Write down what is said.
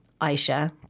Aisha